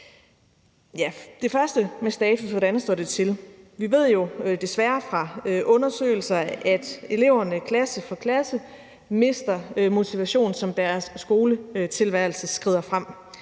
status er, og om, hvordan det står til. Vi ved jo desværre fra undersøgelser, at eleverne klasse for klasse mister motivationen, som deres skoletilværelse skrider frem.